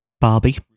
Barbie